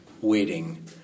waiting